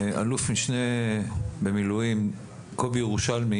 אלוף משנה במילואים קובי ירושלמי,